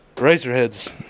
Racerhead's